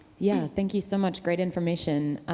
yeah, thank you so much, great information.